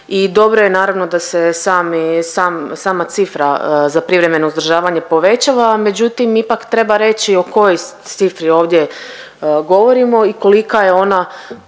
dobro je naravno da se sama cifra za privremeno uzdržavanje povećava. Međutim, ipak treba reći o kojoj cifri ovdje govorimo i kolika je ona